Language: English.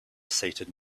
seated